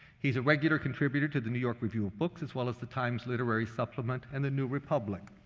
he's a regular contributor to the new york review of books, as well as the times literary supplement and the new republic.